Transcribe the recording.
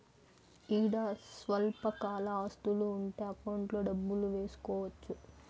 ఈడ స్వల్పకాల ఆస్తులు ఉంటే అకౌంట్లో డబ్బులు వేసుకోవచ్చు